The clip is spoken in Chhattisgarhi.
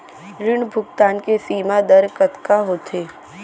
ऋण भुगतान के सीमा दर कतका होथे?